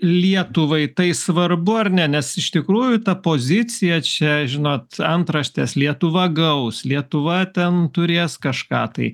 lietuvai tai svarbu ar ne nes iš tikrųjų ta pozicija čia žinot antraštės lietuva gaus lietuva ten turės kažką tai